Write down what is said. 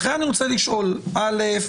לכן אני רוצה לשאול: א',